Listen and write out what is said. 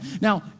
Now